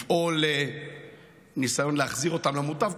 לפעול בניסיון להחזיר אותם למוטב.